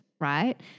right